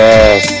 Yes